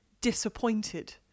disappointed